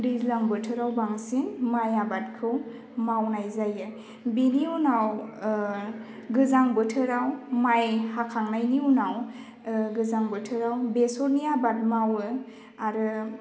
दैज्लां बोथोराव बांसिन माइ आबादखौ मावनाय जायो बेनि उनाव गोजां बोथोराव माइ हाखांनायनि उनाव गोजां बोथोराव बेसरनि आबाद मावो आरो